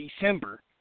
December